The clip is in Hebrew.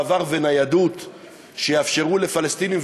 מעבר וניידות שיאפשרו לפלסטינים,